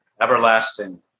everlasting